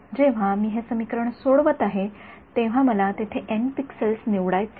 जेव्हा मी हे समीकरण सोडवत आहे तेव्हा मला तेथे एन पिक्सेलस निवडायचे आहेत